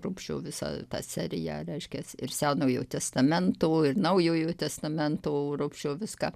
rupšio visą tą seriją reiškias ir senojo testamento naujojo testamento rupšio viską